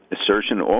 assertion